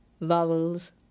vowels